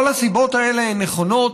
כל הסיבות האלה הן נכונות,